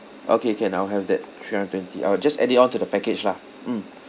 okay can I'll have that three hundred twenty uh just add it on to the package lah mm